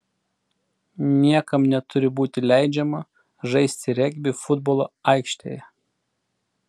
niekam neturi būti leidžiama žaisti regbį futbolo aikštėje